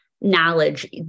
knowledge